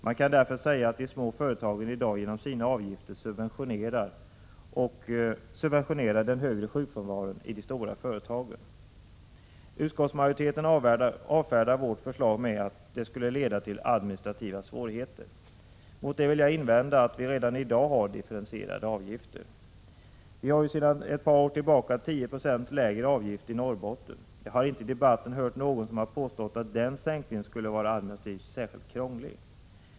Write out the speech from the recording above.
Man kan därför säga att de små företagen i dag genom sina avgifter subventionerar den högre sjukfrånvaron i de stora företagen. Utskottsmajoriteten avfärdar vårt förslag med att det skulle leda till administrativa svårigheter. Mot det vill jag invända att vi redan i dag har differentierade avgifter. Vi har sedan ett par år tillbaka 10 procents lägre avgift i Norrbotten. Jag har inte i debatten hört någon som har påstått att den sänkningen skulle vara administrativt särskilt krånglig.